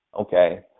Okay